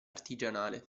artigianale